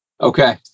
Okay